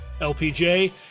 LPJ